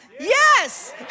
Yes